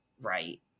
right